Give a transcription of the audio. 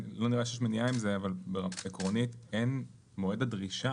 לא נראה לי שיש מניעה על זה רק עקרונית מועד הדרישה